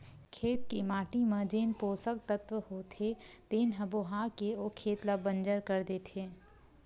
खेत के माटी म जेन पोसक तत्व होथे तेन ह बोहा के ओ खेत ल बंजर कर देथे